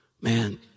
man